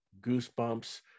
goosebumps